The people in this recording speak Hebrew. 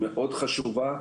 מאוד חשובה,